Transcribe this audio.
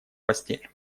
постель